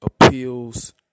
appeals